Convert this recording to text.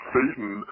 Satan